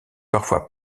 parfois